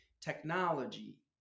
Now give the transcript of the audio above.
technology